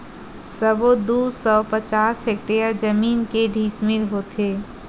सबो दू सौ पचास हेक्टेयर जमीन के डिसमिल होथे?